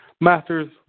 Masters